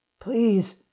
Please